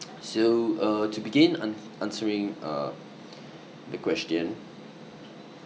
so uh to begin ans~ answering uh the question